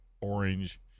Orange